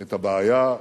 את הבעיה,